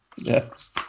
yes